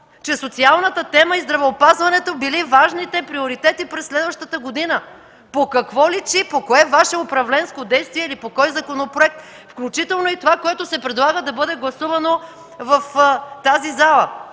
че социалната тема и здравеопазването били важните приоритети през следващата година. По какво личи? По кое Ваше управленско действие или по кой законопроект, включително и това, което се предлага да бъде гласувано в тази зала?